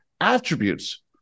attributes